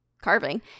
carving